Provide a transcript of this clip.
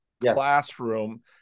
classroom